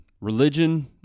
Religion